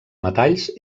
metalls